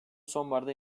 sonbaharda